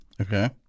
Okay